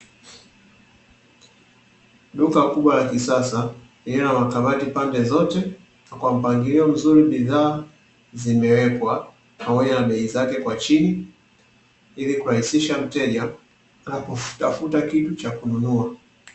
Duka kubwa la kisasa lilo makabati pande zote kwa mpangilio mzuri, bidhaa zimewekwa pamoja na bei zake chini ili kurahisisha mteja kutafuta kitu cha kununua.